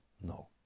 No